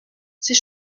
ses